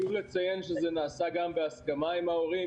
חשוב לציין שזה נעשה בהסכמה עם ההורים,